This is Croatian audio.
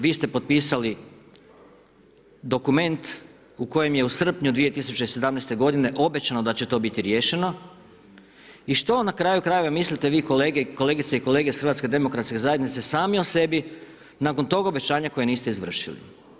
Vi ste potpisali dokument u kojem je u srpnju 2017. godine obećano da će to biti riješeno i što na kraju krajeva mislite vi kolegice i kolege iz HDZ-a sami o sebi nakon tog obećanja koje niste izvršili?